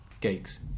geeks